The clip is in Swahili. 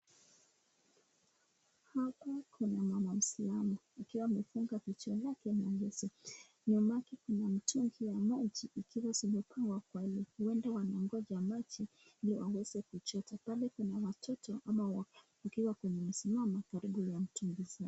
Hapa kuna waisalmu, wakiwa wamefunga vichwa yake na leso, nyumake kuna mitungi ya maji zikiwa zmepangwa pale, hienda wanangoja maji, ili waweze kuchota, pale kuna watoto hawa wakiwa wamesimama karibu na mitungi zao.